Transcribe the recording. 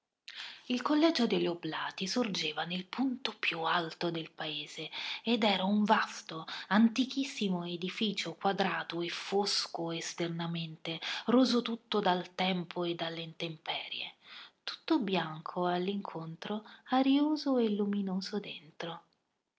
il collegio degli oblati sorgeva nel punto più alto del paese ed era un vasto antichissimo edificio quadrato e fosco esternamente roso tutto dal tempo e dalle intemperie tutto bianco all'incontro arioso e luminoso dentro